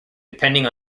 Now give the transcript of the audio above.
depending